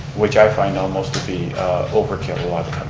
which i find almost to be overkill ah